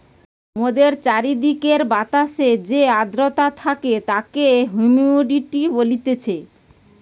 মোদের চারিদিকের বাতাসে যে আদ্রতা থাকে তাকে হুমিডিটি বলতিছে